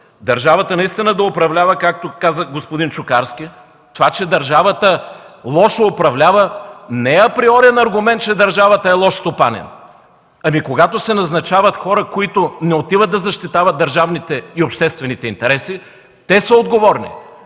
държавата наистина да управлява, както каза господин Чукарски. Това че държавата управлява лошо не е априорен аргумент, че държавата е лош стопанин. Когато се назначават хора, които не отиват да защитават държавните и обществените интереси – те са отговорни,